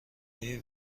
های